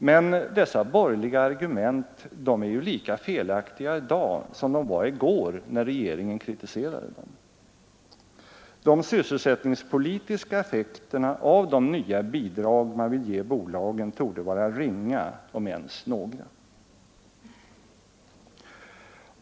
Men dessa borgerliga argument är lika felaktiga i dag som de var i går, när regeringen kritiserade dem. De sysselsättningspolitiska arnas fördel. effekterna av de nya bidrag man vill ge bolagen torde vara ringa, om ens några.